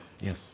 Yes